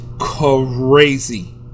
crazy